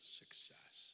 success